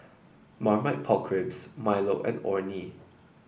Marmite Pork Ribs Milo and Orh Nee